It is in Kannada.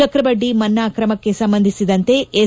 ಚಕ್ರಬಡ್ಡಿ ಮನ್ನಾ ಕ್ರಮಕ್ಕೆ ಸಂಬಂಧಿಸಿದಂತೆ ಎಸ್